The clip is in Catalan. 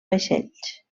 vaixells